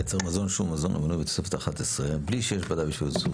מייצר מזון שהוא מזון המנוי בתוספת אחת עשרה בלי שיש בידיו אישור ייצור